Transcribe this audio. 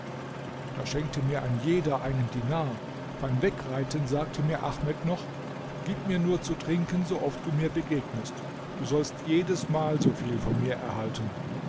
da schenkte mir ein jeder einen dinar beim wegreiten sagte mir ahmed noch gib mir nur zu trinken sooft du mir begegnest du sollst jedesmal so viel von mir erhalten